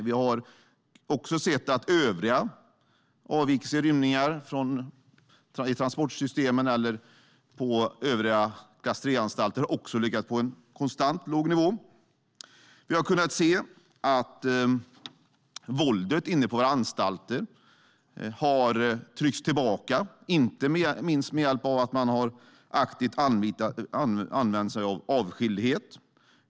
Övriga avvikelser eller rymningar från transportsystemet eller klass 3-anstalter har också legat på en konstant låg nivå. Våldet inne på anstalterna har tryckts tillbaka, inte minst med hjälp av att man aktivt har använt sig av avskildhet.